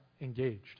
engaged